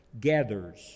gathers